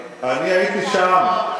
לא, לא, היא לא אמרה את זה.